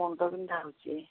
ମୁଣ୍ଡ ବିନ୍ଧା ହେଉଛି